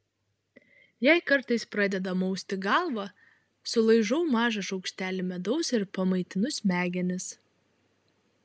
jei kartais pradeda mausti galvą sulaižau mažą šaukštelį medaus ir pamaitinu smegenis